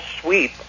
sweep